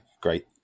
Great